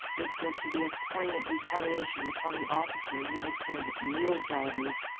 this was to be a poignant retaliation upon the officer who had said mule drivers,